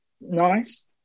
Nice